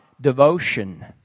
devotion